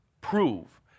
prove